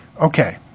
Okay